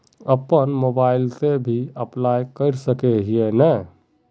अपन मोबाईल से भी अप्लाई कर सके है नय?